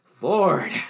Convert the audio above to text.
Lord